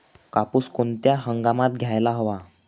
कापूस कोणत्या हंगामात घ्यायला हवा?